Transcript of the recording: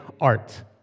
art